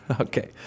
Okay